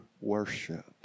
worship